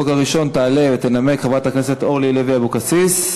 את החוק הראשון תעלה ותנמק חברת הכנסת אורלי לוי אבקסיס,